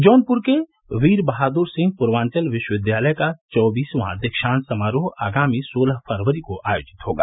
जौनपुर के वीर बहादुर सिंह पूर्वांचल विश्वविद्यालय का चौबीसवां दीक्षांत समारोह आगामी सोलह फरवरी को आयोजित होगा